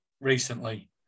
recently